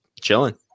chilling